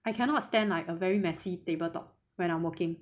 I cannot stand like a very messy table top when I'm working